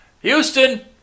Houston